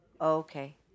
Okay